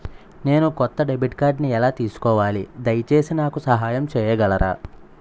నేను కొత్త డెబిట్ కార్డ్ని ఎలా తీసుకోవాలి, దయచేసి నాకు సహాయం చేయగలరా?